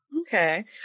Okay